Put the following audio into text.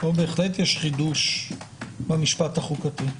פה יש חידוש במשפט החוקתי,